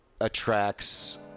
attracts